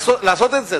לעשות את זה,